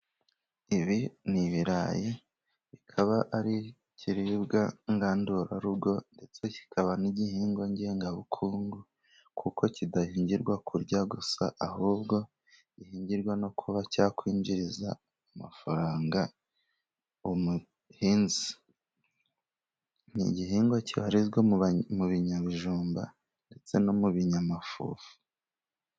Ibi ni ibirayi bikaba ari ikiribwa ngandurarugo, ndetse kikaba n'igihingwa ngengabukungu, kuko kidahingirwa kurya gusa, ahubwo gihingirwa no kuba cyakwinjiriza amafaranga umuhinzi. Ni igihingwa kibarizwa mu binyabijumba ndetse no mu binyamafuha.